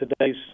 today's